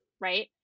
right